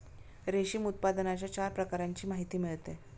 रेशीम उत्पादनाच्या चार प्रकारांची माहिती मिळते